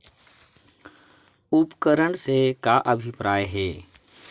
उपकरण से का अभिप्राय हे?